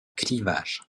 clivage